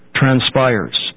transpires